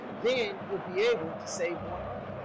then you'll be able to save more money.